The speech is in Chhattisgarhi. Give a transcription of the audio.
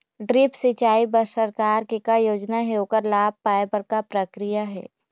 ड्रिप सिचाई बर सरकार के का योजना हे ओकर लाभ पाय बर का प्रक्रिया हे?